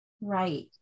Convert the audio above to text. right